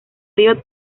río